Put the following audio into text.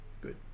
Good